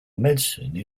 medicine